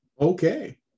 okay